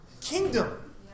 kingdom